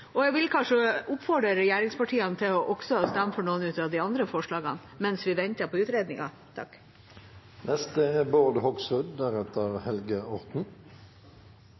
og jeg vil kanskje oppfordre regjeringspartiene til å stemme for noen av de andre forslagene, mens vi venter på utredningen. Det er